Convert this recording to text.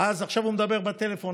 עכשיו הוא מדבר בטלפון,